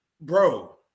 bro